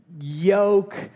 yoke